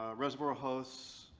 ah reservoir hosts,